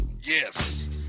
Yes